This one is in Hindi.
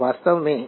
तो i वास्तव में